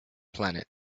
planet